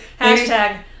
hashtag